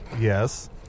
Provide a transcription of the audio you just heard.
Yes